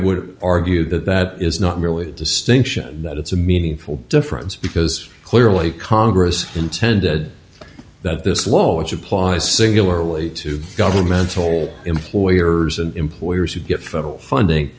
would argue that that is not really a distinction that it's a meaningful difference because clearly congress intended that this law which applies singularly to governmental employers and employers who get federal funding